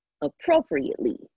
appropriately